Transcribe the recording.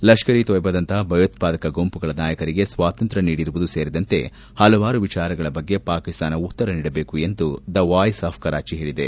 ಲಷ್ಟರ್ ಇ ತೊಯ್ಲಾ ದಂತಹ ಭಯೋತ್ವಾದಕ ಗುಂಪುಗಳ ನಾಯಕರಿಗೆ ಸ್ವಾತಂತ್ರ್ಯ ನೀಡಿರುವುದು ಸೇರಿದಂತೆ ಹಲವಾರು ವಿಚಾರಗಳ ಬಗ್ಗೆ ಪಾಕಿಸ್ತಾನ ಉತ್ತರ ನೀಡಬೇಕು ಎಂದು ದ ವಾಯ್ಡ್ ಆಫ್ ಕರಾಚಿ ಹೇಳಿದೆ